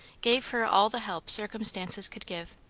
gave her all the help circumstances could give.